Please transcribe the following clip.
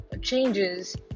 changes